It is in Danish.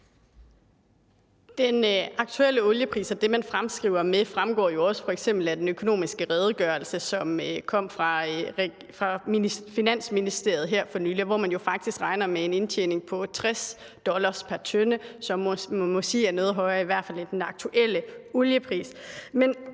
Den aktuelle oliepris og det, man fremskriver den med, fremgår jo også f.eks. af den økonomiske redegørelse, som kom fra Finansministeriet her for nylig. Her regner man jo faktisk med en indtjening på 60 dollar pr. tønde, som man i hvert fald må sige er noget højere end den aktuelle oliepris.